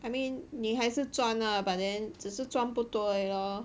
I mean 你还是赚 lah but then 只是赚不多而已 lor